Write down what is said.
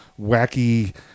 wacky